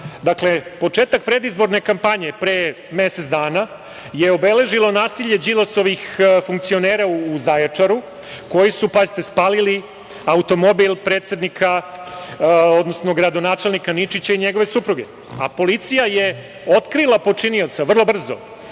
dakle, početak predizborne kampanje, pre mesec danas je obeležilo nasilje Đilasovih funkcionera u Zaječaru koji su spalili automobil od gradonačelnika Ničića i njegove supruge, a policija je otkrila počinioca vrlo brzo